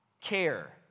care